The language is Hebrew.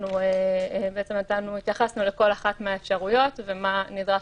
אנחנו התייחסנו לכל אחת מהאפשרויות ומה נדרש